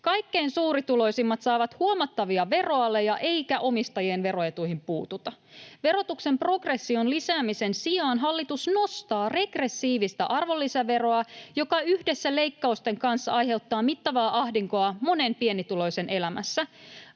Kaikkein suurituloisimmat saavat huomattavia veroaleja, eikä omistajien veroetuihin puututa. Verotuksen progression lisäämisen sijaan hallitus nostaa regressiivistä arvonlisäveroa, joka yhdessä leikkausten kanssa aiheuttaa mittavaa ahdinkoa monen pienituloisen elämässä.